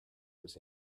was